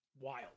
wild